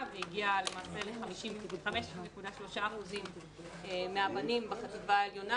והגיעה למעשה ל-5.3% מהבנים בחטיבה העליונה,